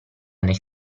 nel